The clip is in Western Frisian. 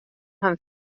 him